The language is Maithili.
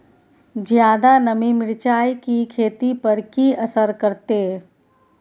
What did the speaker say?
ज्यादा नमी मिर्चाय की खेती पर की असर करते?